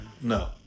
No